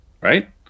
Right